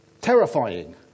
terrifying